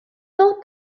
thought